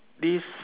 this